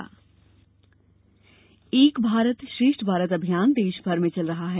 एक भारत श्रेष्ठ भारत एक भारत श्रेष्ठ भारत अभियान देश भर में चल रहा है